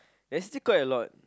there's still quite a lot